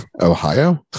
Ohio